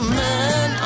man